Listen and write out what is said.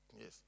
Yes